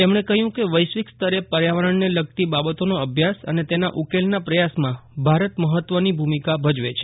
તેમણે કહ્યું કે વૈશ્વિક સ્તરે પર્યાવરણને લગતી બાબતોનો અભ્યાસ અને તેના ઉકેલના પ્રયાસમાં ભારત મહત્વની ભૂમિકા ભજવે છે